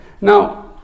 Now